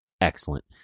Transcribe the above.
Excellent